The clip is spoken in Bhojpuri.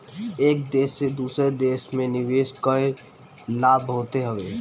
एक देस से दूसरा देस में निवेश कअ लाभ बहुते हवे